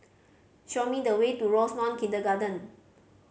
show me the way to Rosemount Kindergarten